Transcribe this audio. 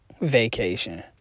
vacation